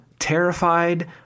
Terrified